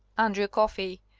andrew coffey!